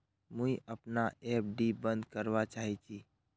मुई अपना एफ.डी बंद करवा चहची